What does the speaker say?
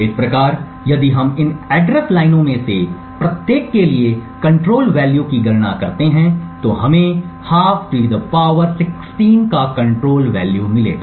इस प्रकार यदि हम इन एड्रेस लाइनों में से प्रत्येक के लिए कंट्रोल वैल्यू की गणना करते हैं तो हमें 12 16 का कंट्रोल वैल्यू मिलेगा